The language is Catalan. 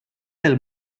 del